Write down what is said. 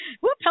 Whoop